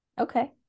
Okay